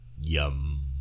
yum